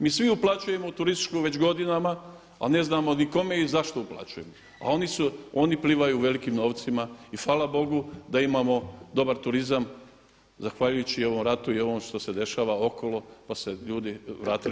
Mi svi uplaćujemo u turističku već godinama, a ne znamo ni kome i zašto uplaćujemo, a oni plivaju u velikim novcima i fala Bogu da imamo dobar turizam zahvaljujući ovom ratu i ovom što se dešava okolo pa se ljudi vratili